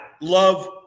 love